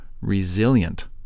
resilient